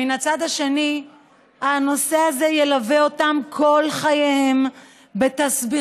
מן הצד השני הנושא הזה ילווה אותם כל חייהם בתסביכים